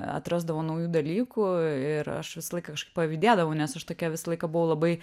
atrasdavo naujų dalykų ir aš visą laiką kažkaip pavydėdavau nes aš tokia visą laiką buvau labai